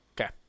Okay